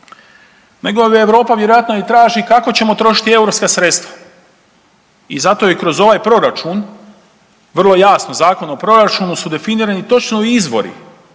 nego Europa vjerojatno traži kako ćemo trošiti europska sredstva. I zato je kroz ovaj proračun vrlo jasno u Zakonu o proračunu su definirani točno izvori,